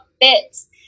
fits